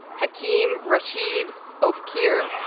hakeem rashid of here